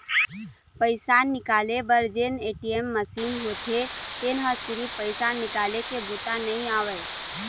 पइसा निकाले बर जेन ए.टी.एम मसीन होथे तेन ह सिरिफ पइसा निकाले के बूता नइ आवय